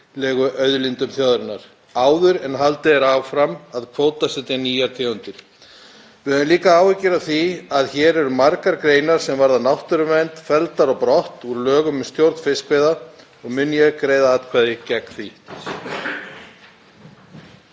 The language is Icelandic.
auðlindum þjóðarinnar áður en haldið er áfram að kvótasetja nýjar tegundir. Við höfum líka áhyggjur af því að hér eru margar greinar sem varða náttúruvernd felldar á brott úr lögum um stjórn fiskveiða og mun ég greiða atkvæði gegn því.